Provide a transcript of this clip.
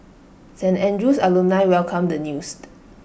St Andrew's alumni welcomed the news